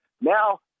Now